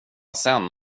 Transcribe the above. sen